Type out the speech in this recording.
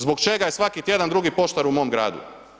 Zbog čega je svaki tjedan drugi poštar u mom gradu?